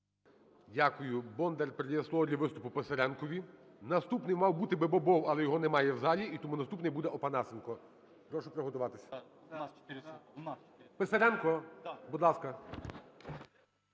Дякую. Бондар передає слово для виступу Писаренкові. Наступний мав бути би Бобов, але його немає в залі, і тому наступний буде Опанасенко. Прошу приготуватися. Писаренко, будь ласка.